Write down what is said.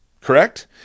Correct